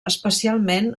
especialment